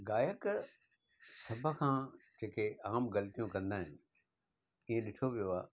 गायक सब खां जेके अहम ग़लतियूं कंदा आहिनि इहो ॾिठो वियो आहे